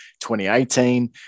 2018